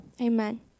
Amen